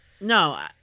No